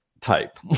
type